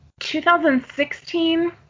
2016